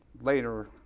later